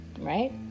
Right